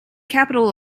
capital